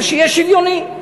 אבל שיהיה שוויוני.